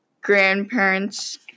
grandparents